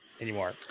anymore